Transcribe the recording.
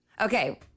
Okay